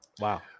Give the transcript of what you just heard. Wow